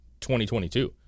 2022